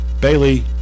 Bailey